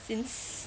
since